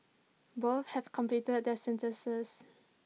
both have completed their sentences